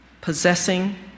possessing